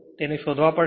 તેથી શોધવા પડશે